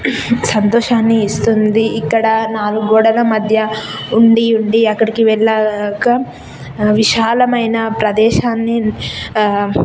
సంతోషాన్ని ఇస్తుంది ఇక్కడ నాలుగు గోడల మధ్య ఉండి ఉండి అక్కడికి వెళ్ళాక విశాలమైన ప్రదేశాన్ని